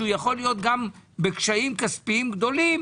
שיכול להיות גם בקשיים כספיים גדולים,